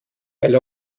weil